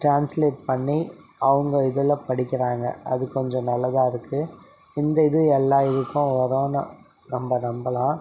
translate பண்ணி அவங்க இதில் படிக்கிறாங்க அது கொஞ்சம் நல்லதாக இருக்குது இந்த இது எல்லா இதுக்கும் உதவும் நம்ம நம்பலாம்